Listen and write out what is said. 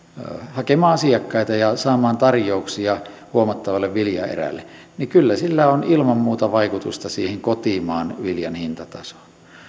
hakemaan asiakkaita ja saamaan tarjouksia huomattavalle viljaerälle niin kyllä sillä on ilman muuta vaikutusta siihen kotimaan viljan hintatasoon